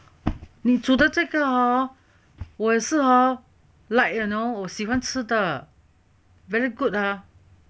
你煮的这个 hor 我也是 hor like you know 我喜欢吃的 very good ah